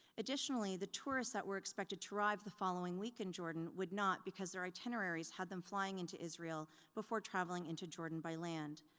additionally, the tourists that were expected to arrive the following week in jordan would not because their itineraries had them flying into israel before traveling into jordan by land.